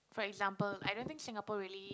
for example I don't think Singapore really